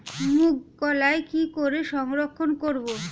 মুঘ কলাই কি করে সংরক্ষণ করব?